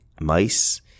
mice